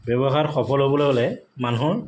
ব্যৱসায়ত সফল হ'বলৈ হ'লে মানুহৰ